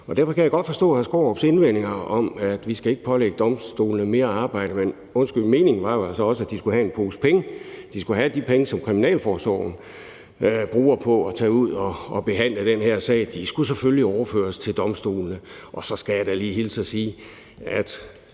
Skaarups indvendinger om, at vi ikke skal pålægge domstolene mere arbejde, men – undskyld – meningen var jo altså også, at de skulle have en pose penge. De skulle have de penge, som kriminalforsorgen bruger på at tage ud og behandle den her sag; de skulle selvfølgelig overføres til domstolene. Og så skal jeg da lige hilse at sige, at